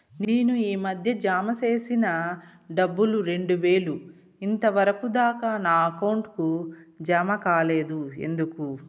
నేను ఈ మధ్య జామ సేసిన డబ్బులు రెండు వేలు ఇంతవరకు దాకా నా అకౌంట్ కు జామ కాలేదు ఎందుకు?